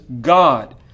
God